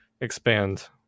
expand